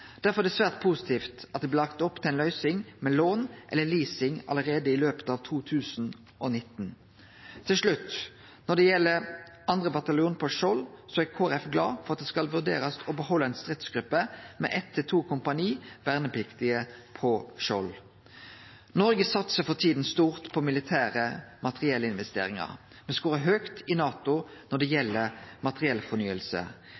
Derfor er det svært positivt at det blir lagt opp til ei løysing med lån eller leasing allereie i løpet av 2019. Til slutt: Når det gjeld 2. bataljon på Skjold, er Kristeleg Folkeparti glad for at ein skal vurdere å behalde ei stridsgruppe med eitt til to kompani vernepliktige på Skjold. Noreg satsar for tida stort på militære materiellinvesteringar. Me skårar høgt i NATO når det